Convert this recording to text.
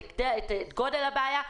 את גודל הבעיה,